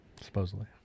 Supposedly